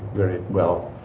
very well